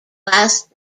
last